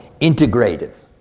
integrative